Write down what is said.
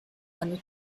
eine